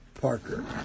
Parker